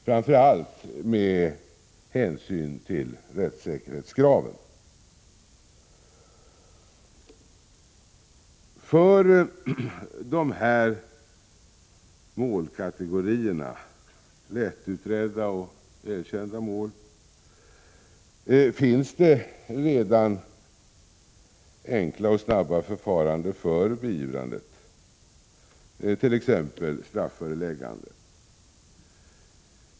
För dessa målkategorier — lättutredda och erkända mål — finns det redan enkla och snabba förfaranden för beivrandet, t.ex. strafföreläggande.